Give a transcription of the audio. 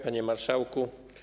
Panie Marszałku!